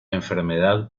enfermedad